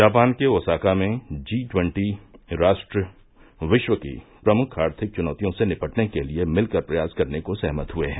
Japan के Osaka में G twenty राष्ट्र विश्व की प्रमुख आर्थिक च्नौतियों से निपटने के लिए मिलकर प्रयास करने को सहमत हुए हैं